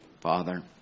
Father